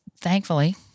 thankfully